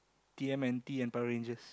T_M_N_T and Power-Rangers